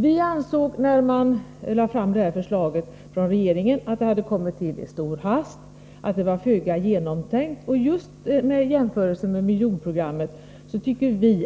När regeringen lade fram sitt förslag framhöll vi att vi ansåg att det hade kommit till i stor hast och att det var föga genomtänkt. Just när det gäller jämförelsen mellan miljonprogrammet och bostadsförbättringsprogrammet